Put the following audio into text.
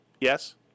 Yes